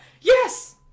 Yes